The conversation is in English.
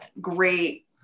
Great